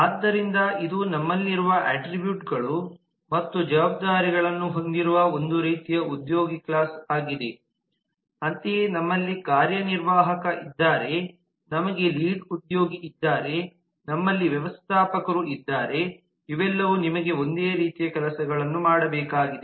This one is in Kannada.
ಆದ್ದರಿಂದ ಇದು ನಮ್ಮಲ್ಲಿರುವ ಅಟ್ರಿಬ್ಯೂಟ್ಗಳು ಮತ್ತು ಜವಾಬ್ದಾರಿಗಳನ್ನು ಹೊಂದಿರುವ ಒಂದು ರೀತಿಯ ಉದ್ಯೋಗಿ ಕ್ಲಾಸ್ ಆಗಿದೆ ಅಂತೆಯೇ ನಮ್ಮಲ್ಲಿ ಕಾರ್ಯನಿರ್ವಾಹಕ ಇದ್ದಾರೆ ನಮಗೆ ಲೀಡ್ ಉದ್ಯೋಗಿ ಇದ್ದಾರೆ ನಮ್ಮಲ್ಲಿ ವ್ಯವಸ್ಥಾಪಕರು ಇದ್ದಾರೆ ಇವೆಲ್ಲವೂ ನಿಮಗೆ ಒಂದೇ ರೀತಿಯ ಕೆಲಸಗಳನ್ನು ಮಾಡಬೇಕಾಗಿದೆ